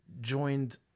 joined